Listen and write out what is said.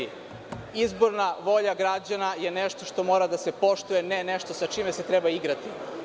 Izborna volja građana je nešto što mora da se poštuje, a ne nešto sa čime se treba igrati.